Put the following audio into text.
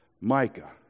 Micah